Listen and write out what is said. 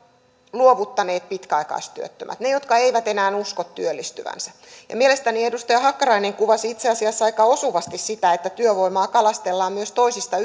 luovuttaneet pitkäaikaistyöttömät ne jotka eivät enää usko työllistyvänsä mielestäni edustaja hakkarainen kuvasi itse asiassa aika osuvasti sitä että työvoimaa kalastellaan myös toisista